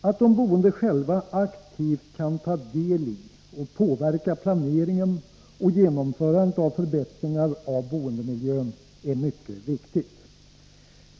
Att de boende själva aktivt kan ta del i och påverka planeringen och genomförandet av förbättringar av boendemiljön är mycket viktigt.